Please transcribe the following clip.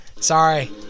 Sorry